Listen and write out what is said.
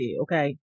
okay